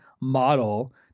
model